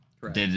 Correct